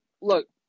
look